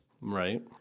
right